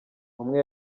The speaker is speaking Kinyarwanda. umwe